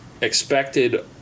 expected